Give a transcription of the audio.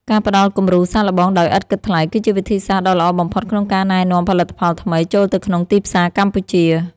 ការផ្តល់គំរូសាកល្បងដោយឥតគិតថ្លៃ គឺជាវិធីសាស្ត្រដ៏ល្អបំផុតក្នុងការណែនាំផលិតផលថ្មីចូលទៅក្នុងទីផ្សារកម្ពុជា។